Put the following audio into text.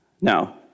Now